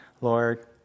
Lord